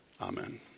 amen